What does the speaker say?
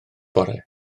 bore